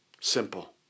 Simple